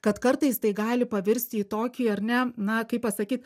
kad kartais tai gali pavirsti į tokį ar ne na kaip pasakyt